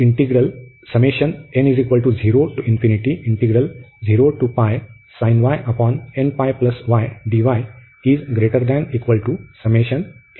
आणि आता येथे y नाही